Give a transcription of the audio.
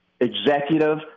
executive